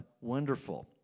wonderful